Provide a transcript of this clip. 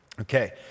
Okay